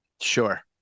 Sure